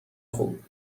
خوب